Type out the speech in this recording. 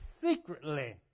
secretly